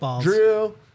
Drew